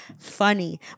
funny